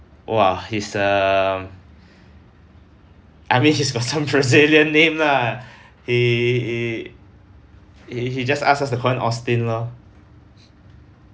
!wah! he's um I mean he's got some brazilian name lah he he he he just ask us to call him austin lor